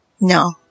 No